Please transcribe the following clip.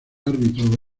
árbitro